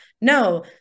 No